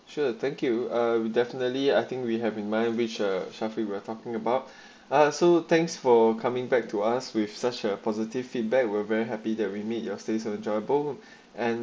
sure thank you ah we definitely I think we have in mind which uh shaffiq we're talking about are so thanks for coming back to us with such a positive feedback were very happy that we meet your stays a durable and